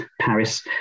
Paris